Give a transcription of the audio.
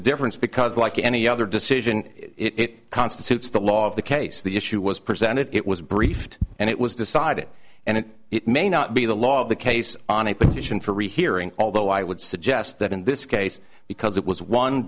a difference because like any other decision it constitutes the law of the case the issue was presented it was briefed and it was decided and it may not be the law of the case on a petition for rehearing although i would suggest that in this case because it was one